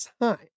time